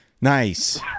Nice